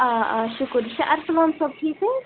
آ آ شُکُر یہِ چھِ ارسلان صٲب ٹھیٖک